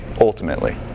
ultimately